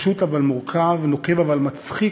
פשוט אבל מורכב, נוקב אבל מצחיק,